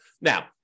Now